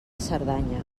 cerdanya